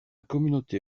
communauté